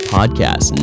Podcast